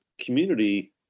community